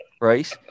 right